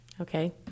Okay